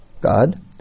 God